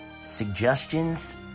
suggestions